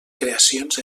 creacions